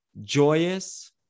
joyous